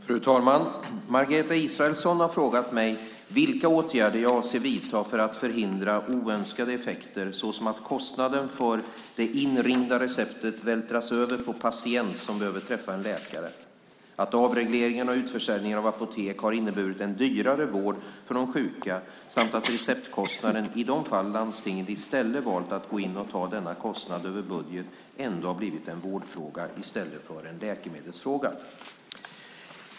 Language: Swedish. Fru talman! Margareta Israelsson har frågat mig vilka åtgärder jag avser att vidta för att förhindra oönskade effekter såsom att kostnaden för det inringda receptet vältrats över på en patient som behöver träffa en läkare, att avregleringen och utförsäljningen av apotek har inneburit en dyrare vård för de sjuka samt att receptkostnaden i de fall landstingen i stället valt att gå in och ta denna kostnad över budget ändå har blivit en vårdfråga i stället för en läkemedelsfråga.